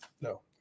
No